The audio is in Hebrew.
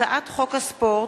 הצעת חוק הספורט